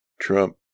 Trump